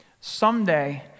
Someday